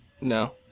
No